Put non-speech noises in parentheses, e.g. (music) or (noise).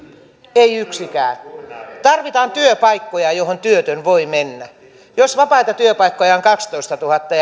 ei yksikään tarvitaan työpaikkoja joihin työtön voi mennä jos vapaita työpaikkoja on kaksitoistatuhatta (unintelligible)